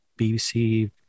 bbc